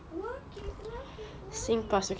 work it work it work it